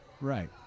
Right